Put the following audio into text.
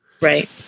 Right